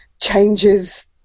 changes